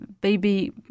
baby